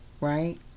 right